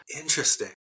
Interesting